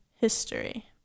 history